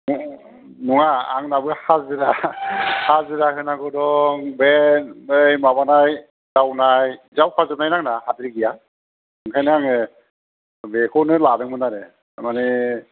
नङा आंनाबो हाजिरा हाजिरा होनांगौ दं बे नै माबानाय जावनाय जावखा जोबनाय ना आंना हाद्रि गैया ओंखायनो आङो बेखौनो लादों मोन आरो थारमाने